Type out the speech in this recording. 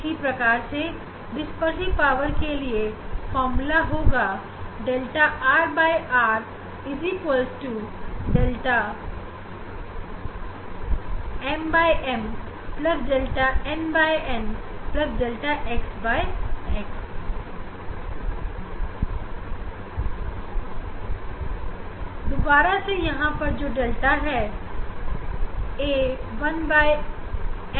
इसी प्रकार dispersive power के लिए भी फार्मूला होगा जिसमें हम log लेकर डिफरेंटशिएट कर देंगे जिससे आपको 𝛿nn 𝛿mm 𝛿θcotθ मिल जाएगा